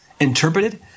interpreted